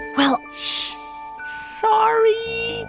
well. shh sorry.